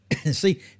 See